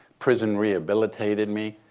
prison rehabilitated me.